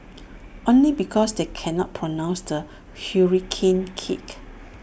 only because they cannot pronounce the hurricane kick